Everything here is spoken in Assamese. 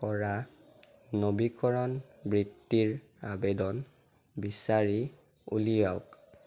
কৰা নবীকৰণ বৃত্তিৰ আবেদন বিচাৰি উলিয়াওক